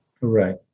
Right